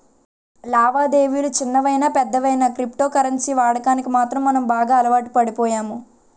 లావాదేవిలు చిన్నవయినా పెద్దవయినా క్రిప్టో కరెన్సీ వాడకానికి మాత్రం మనం బాగా అలవాటుపడిపోయాము